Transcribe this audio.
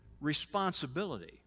responsibility